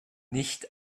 nicht